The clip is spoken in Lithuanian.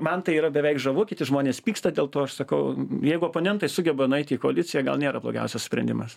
man tai yra beveik žavu kiti žmonės pyksta dėl to aš sakau jeigu oponentai sugeba nueit į koaliciją gal nėra blogiausias sprendimas